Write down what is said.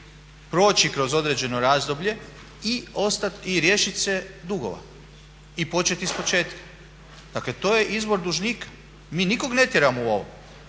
proći kroz određeno razdoblje i riješiti se dugova i početi iz početka. Dakle to je izbor dužnika. Mi nikoga ne tjeramo u ovo.